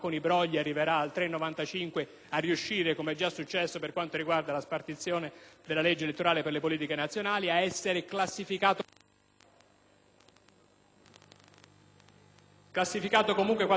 della legge elettorale per le politiche nazionali, a essere classificato comunque come 4 per cento, perché la folla, convocata dalla RAI e da Mediaset, lo invoca.